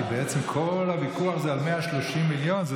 כי בעצם כל הוויכוח הוא על 130 מיליון.